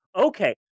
Okay